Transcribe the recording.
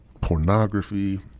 pornography